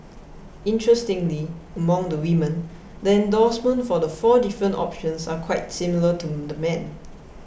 interestingly among the women the endorsement for the four different options are quite similar to the men